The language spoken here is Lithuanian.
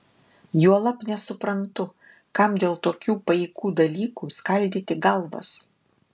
juolab nesuprantu kam dėl tokių paikų dalykų skaldyti galvas